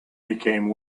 became